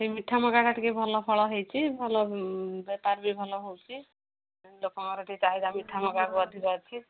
ସେଇ ମିଠା ମକା ବା ଟିକିଏ ଭଲ ଫଳ ହେଇଛି ଭଲ ବେପାର ବି ଭଲ ହେଉଛି ଲୋକଙ୍କର ଟିକିଏ ଚାହିଦା ମିଠା ମକା ଉପରେ ଅଧିକ ଅଛି